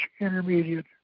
intermediate